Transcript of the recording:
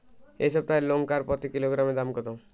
এই সপ্তাহের লঙ্কার প্রতি কিলোগ্রামে দাম কত?